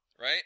right